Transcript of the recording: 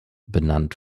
benannt